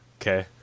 Okay